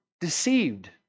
deceived